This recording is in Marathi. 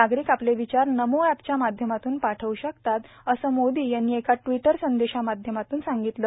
नागरिक आपले विचार नमो एपच्या माध्यमातून पाठवू षकतात असं मोदी यांनी एका ट्रिवटरच्या माध्यमातून सांगितलं